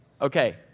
Okay